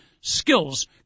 skills